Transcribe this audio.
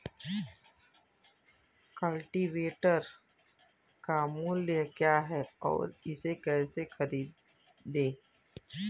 Cultivator का मूल्य क्या है और इसे कैसे खरीदें?